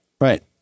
Right